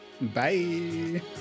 Bye